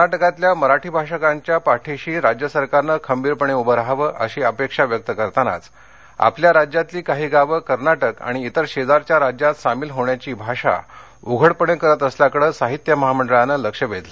कर्नाटकातल्या मराठी भाषिकांच्या पाठीशी राज्य सरकारनं खंबीरपणे उभं रहावं अशी अपेक्षा व्यक्त करतानाच आपल्या राज्यातली काही गावं कर्नाटक आणि इतर शेजारच्या राज्यात सामील होण्याची भाषा उघडपणे करत असल्याकडे साहित्य महामंडळानं लक्ष वेधलं